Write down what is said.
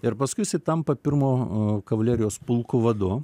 ir paskui jisai tampa pirmo kavalerijos pulko vadu